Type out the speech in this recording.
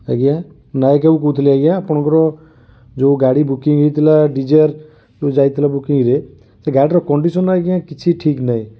ଆଜ୍ଞା ନାୟକ ବାବୁ କହୁଥିଲି ଆଜ୍ଞା ଆପଣଙ୍କର ଯେଉଁ ଗାଡ଼ି ବୁକିଙ୍ଗ ହେଇଥିଲା ଡିଯାୟାର ଯେଉଁ ଯାଇଥିଲା ବୁକିଙ୍ଗ ରେ ସେ ଗାଡ଼ି ର କଣ୍ଡିସନ ଆଜ୍ଞା କିଛି ଠିକ୍ ନାହିଁ